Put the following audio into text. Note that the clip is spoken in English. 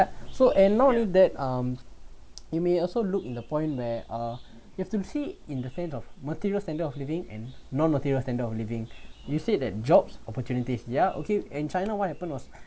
so and not only that um you may also look in the point where uh you have to see in the sense of material standard of living and non material standard of living you said that jobs opportunities ya okay and china what happened was